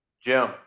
Jim